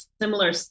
similar